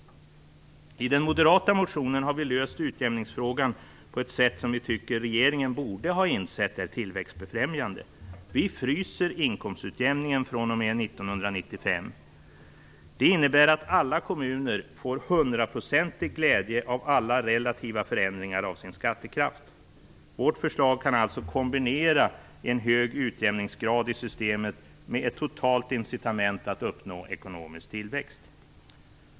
I den moderata motionen har vi löst utjämningsfrågan på ett sätt som vi tycker att regeringen borde ha insett är tillväxtfrämjande. Vi fryser inkomstutjämningen fr.o.m. 1995. Det innebär att alla kommuner får hundraprocentig glädje av alla relativa förändringar av sin skattekraft. Vårt förslag kan alltså kombinera en hög utjämningsgrad i systemet med ett totalt incitament att uppnå ekonomisk tillväxt.